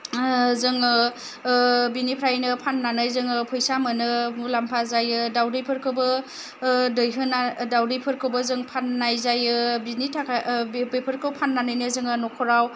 जोङो बिनिफ्रायनो फाननानै जोङो फैसा मोनो मुलाम्फा जायो दाउदैफोरखौबो दैहोना दाउदैफोरखौबो जों फाननाय जायो बिनि थाखाय बेफोरखौ फाननानैनो जोङो न'खराव